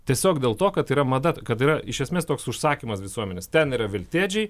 tiesiog dėl to kad yra mada kad yra iš esmės toks užsakymas visuomenės ten yra veltėdžiai